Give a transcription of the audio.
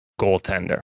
goaltender